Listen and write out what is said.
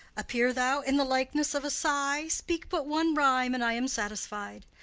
appear thou in the likeness of a sigh speak but one rhyme, and i am satisfied!